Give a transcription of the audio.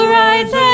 rise